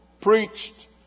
preached